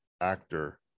actor